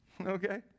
okay